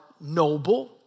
noble